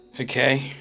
Okay